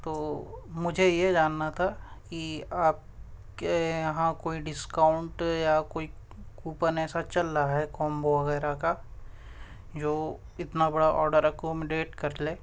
تو مجھے یہ جاننا تھا کہ آپ کے یہاں کوئی ڈسکاؤنٹ یا کوئی کوپن ایسا چل رہا ہے کومبو وغیرہ کا جو اتنا بڑا آڈر اکومڈیٹ کر لے